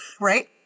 right